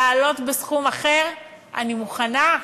להעלות בסכום אחר, אני מוכנה.